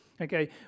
okay